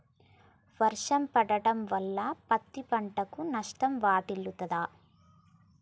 వర్షాలు పడటం వల్ల పత్తి పంటకు నష్టం వాటిల్లుతదా?